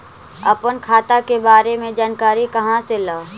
अपन खाता के बारे मे जानकारी कहा से ल?